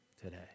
today